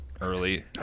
early